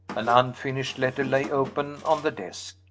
an unfinished letter lay open on the desk.